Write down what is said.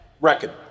record